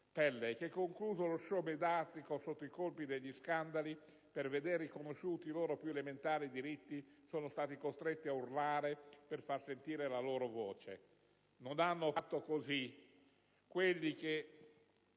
pelle e che, concluso lo *show* mediatico sotto i colpi degli scandali, per veder riconosciuti i loro più elementari diritti sono stati costretti a urlare per far sentire la loro voce. Non hanno fatto così